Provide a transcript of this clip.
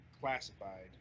classified